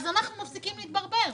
אז אנחנו מפסיקים להתברבר.